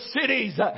cities